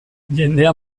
jendea